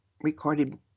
recorded